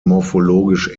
morphologisch